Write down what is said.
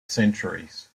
centuries